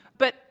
but,